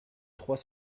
trois